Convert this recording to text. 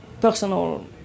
personal